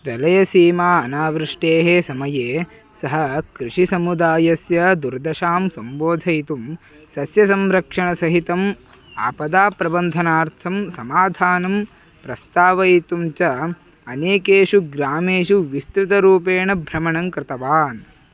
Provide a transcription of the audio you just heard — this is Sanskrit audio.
दलसीमा अनावृष्टेः समये सः कृषिसमुदायस्य दुर्दशां सम्बोधयितुं सस्यसंरक्षणसहितम् आपदप्रबन्धनार्थं समाधानं प्रस्तावयितुं च अनेकेषु ग्रामेषु विस्तृतरूपेण भ्रमणं कृतवान्